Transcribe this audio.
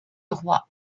roi